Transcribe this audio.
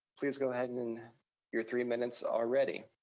please go ahead. and and your three minutes are ready.